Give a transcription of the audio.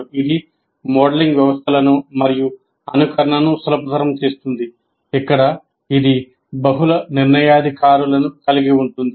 ఇది మోడలింగ్ వ్యవస్థలను మరియు అనుకరణను సులభతరం చేస్తుంది ఇక్కడ ఇది బహుళ నిర్ణయాధికారులను కలిగి ఉంటుంది